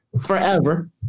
Forever